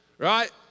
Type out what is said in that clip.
right